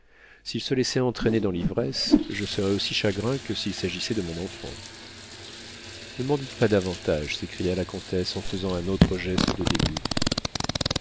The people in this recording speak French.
s'il se laissait entraîner dans l'ivresse je serais aussi chagrin que s'il s'agissait de mon enfant ne m'en dites pas davantage s'écria la comtesse en faisant un autre geste de dégoût